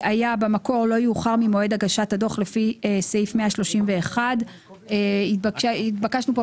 במקור נאמר "לא יאוחר ממועד הגשת הדוח לפי סעיף 131". התבקשנו כאן